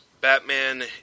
Batman